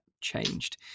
changed